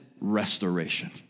restoration